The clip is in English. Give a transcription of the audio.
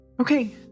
Okay